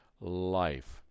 life